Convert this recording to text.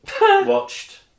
watched